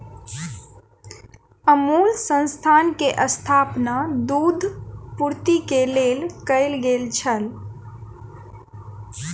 अमूल संस्थान के स्थापना दूध पूर्ति के लेल कयल गेल छल